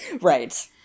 right